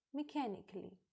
Mechanically